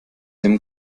dem